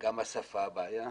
גם השפה היא בעיה